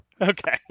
Okay